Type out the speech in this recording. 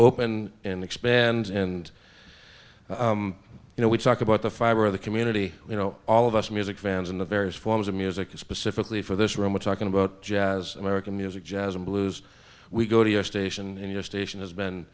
open and expand and you know we talk about the fiber of the community you know all of us music fans in the various forms of music specifically for this room we're talking about jazz american music jazz and blues we go to your station and your station has been